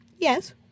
yes